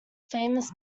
famous